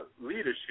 leadership